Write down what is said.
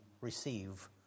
receive